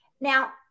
Now